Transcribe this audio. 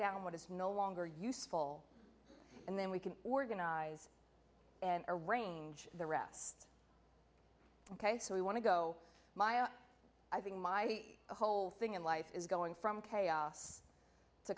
down what is no longer useful and then we can organize and arrange the rest ok so we want to go i think my whole thing in life is going from chaos to